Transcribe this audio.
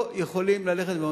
דווקא הם לא יכולים ללכת ללמוד.